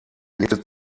lebte